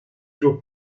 suo